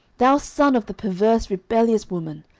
thou son of the perverse rebellious woman,